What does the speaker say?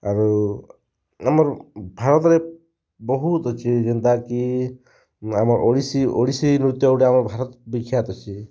ଆରୁ ଆମର୍ ଭାରତ୍ରେ ବହୁତ୍ ଅଛେ ଯେନ୍ତା କି ଆମର୍ ଓଡ଼ିଶୀ ଓଡ଼ିଶୀ ନୃତ୍ୟ ଗୁଟେ ଆମର୍ ଭାରତ ବିଖ୍ୟାତ୍ ଅଛେ